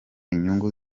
inyungu